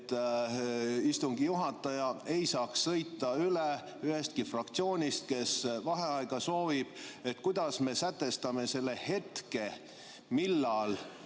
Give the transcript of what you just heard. et istungi juhataja ei saaks sõita üle ühestki fraktsioonist, kes vaheaega soovib. Kuidas me sätestame selle hetke, millal